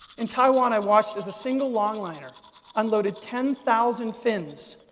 in taiwan, i watched as a single longliner unloaded ten thousand fins,